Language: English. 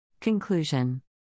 Conclusion